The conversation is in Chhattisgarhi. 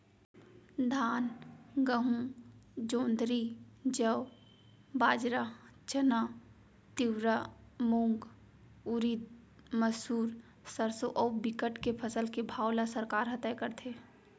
धान, गहूँ, जोंधरी, जौ, बाजरा, चना, तिंवरा, मूंग, उरिद, मसूर, सरसो अउ बिकट के फसल के भाव ल सरकार ह तय करथे